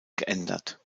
geändert